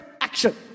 action